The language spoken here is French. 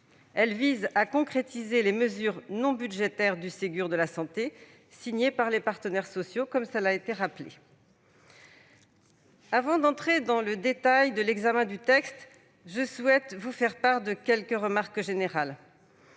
objet de concrétiser les mesures non budgétaires du Ségur de la santé signé par les partenaires sociaux. Avant d'entrer dans le détail de l'examen du texte, je souhaite vous faire part de quelques remarques générales.